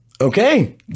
Okay